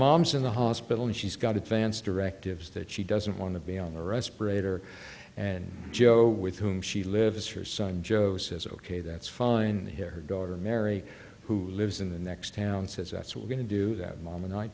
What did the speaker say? mom's in the hospital and she's got advanced directives that she doesn't want to be on a respirator and joe with whom she lives her son joe says ok that's fine here daughter mary who lives in the next town says that's what we're going to do that mom and i